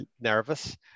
nervous